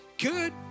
good